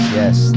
yes